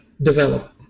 develop